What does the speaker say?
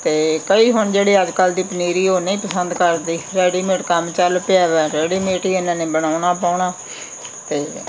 ਅਤੇ ਕਈ ਹੁਣ ਜਿਹੜੇ ਅੱਜ ਕੱਲ੍ਹ ਦੀ ਪਨੀਰੀ ਉਹ ਨਹੀਂ ਪਸੰਦ ਕਰਦੀ ਰੈਡੀਮੇਟ ਕੰਮ ਚੱਲ ਪਿਆ ਵੈ ਰੈਡੀਮੇਟ ਹੀ ਇਹਨਾਂ ਨੇ ਬਣਾਉਣਾ ਪਾਉਣਾ ਅਤੇ